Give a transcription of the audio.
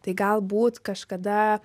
tai galbūt kažkada